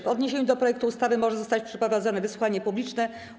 W odniesieniu do projektu ustawy może zostać przeprowadzone wysłuchanie publiczne.